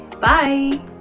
Bye